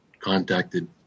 contacted